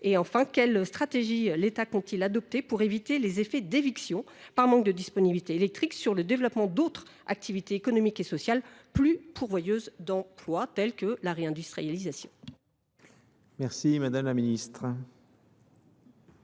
Et enfin, quelles stratégies l'Etat compte-il adopter pour éviter les effets d'éviction par manque de disponibilité électrique sur le développement d'autres activités économiques et sociales plus pourvoyeuses d'emplois tels que la réindustrialisation ?